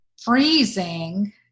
freezing